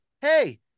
hey